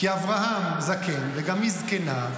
כי אברהם זקן וגם היא זקנה,